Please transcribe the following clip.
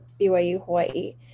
BYU-Hawaii